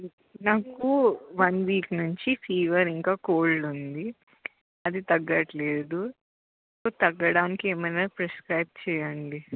నాకు one week నుంచి fever ఇంకా కోల్డ్ ఉంది అది తగ్గటం లేదు సో తగ్గడానికి ఏమైనా ప్రిస్క్రైబ్ చెయ్యండి